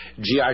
GI